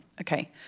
okay